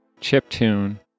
chiptune